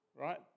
right